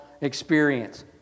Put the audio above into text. experience